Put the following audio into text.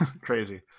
Crazy